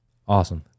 Awesome